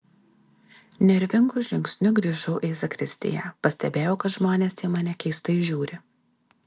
nervinu žingsniu grįžau į zakristiją pastebėjau kad žmonės į mane keistai žiūri